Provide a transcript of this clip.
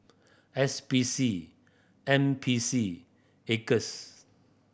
S P C N P C Acres